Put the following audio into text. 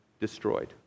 destroyed